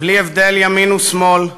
בלי הבדל ימין ושמאל.